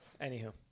Anywho